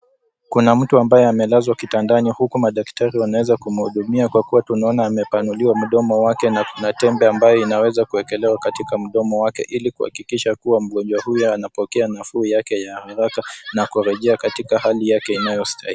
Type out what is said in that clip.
Kuna mtu ambaye amelazwa kitandani huku madaktari wanaweza kumhudumia kwa kuwa tunaona amepanuliwa mdomo wake na kuna tembe ambayo inaweza kuwekelewa katika mdomo wake, ili kuhakikisha kuwa mgonjwa huyo anapokea nafuu yake ya haraka na kurejea katika hali yake inayostahili.